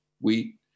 wheat